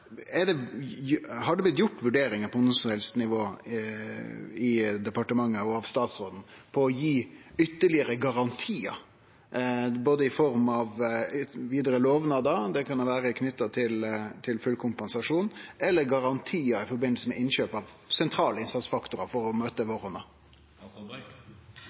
blitt gjort vurderingar på noko som helst nivå i departementet og av statsråden om å gi ytterlegare garantiar i form av vidare lovnader, det kan vere knytt til full kompensasjon, eller garantiar i forbindelse med innkjøp av sentrale innsatsfaktorar for å møte